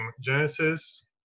Genesis